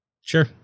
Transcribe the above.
Sure